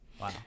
Wow